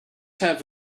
have